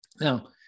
Now